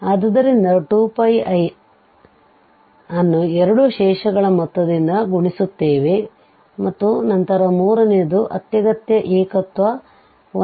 ಆದ್ದರಿಂದ 2πi ಅನ್ನು ಎರಡು ಶೇಷಗಳ ಮೊತ್ತದಿಂದ ಗುಣಿಸುತ್ತೇವೆ ಮತ್ತು ನಂತರ ಮೂರನೆಯದು ಅತ್ಯಗತ್ಯ ಏಕತ್ವ 12